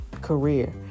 career